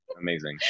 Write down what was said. amazing